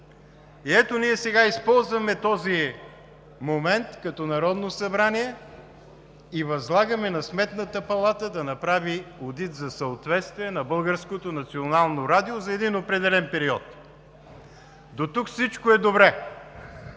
И ето, ние сега използваме този момент, като Народно събрание, и възлагаме на Сметната палата да направи одит за съответствие на Българското национално радио за един определен период. Дотук всичко е добре.